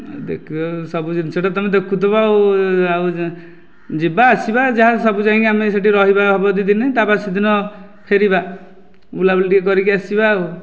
ଦେଖିବ ସବୁ ଜିନିଷ ତ ତୁମେ ଦେଖୁଥିବ ଆଉ ଆଉ ଯିବା ଆସିବା ଯାହା ସବୁ ଯାଇକି ଆମେ ସେଠି ଯାଇକି ରହିବା ହେବ ଯଦି ଦିନେ ତା ବାସି ଦିନ ଫେରିବା ବୁଲାବୁଲି ଟିକେ କରିକି ଆସିବା ଆଉ